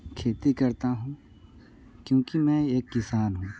खेती करता हूँ क्योंकि मैं एक किसान हूँ